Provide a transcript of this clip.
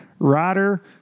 Ryder